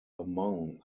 among